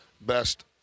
best